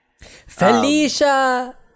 felicia